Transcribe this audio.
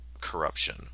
corruption